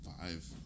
five